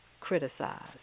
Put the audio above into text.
criticized